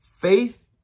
Faith